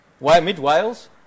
Mid-Wales